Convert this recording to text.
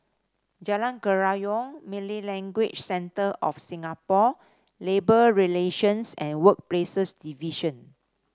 Jalan Kerayong Malay Language Centre of Singapore Labour Relations and Workplaces Division